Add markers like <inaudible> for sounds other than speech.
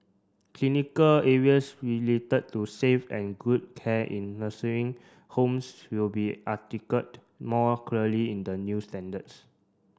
clinical areas related to safe and good care in nursing homes will be <unintelligible> more clearly in the new standards